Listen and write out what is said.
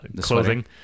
clothing